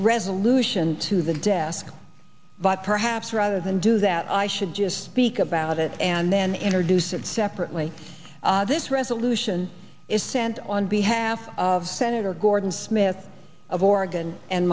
resolution to the desk but perhaps rather than do that i should just speak about it and then introduce it separately this resolution is sent on behalf of senator gordon smith of oregon and